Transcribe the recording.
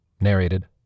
Narrated